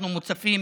אנחנו מוצפים